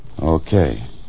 Okay